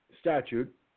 statute